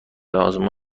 آزمون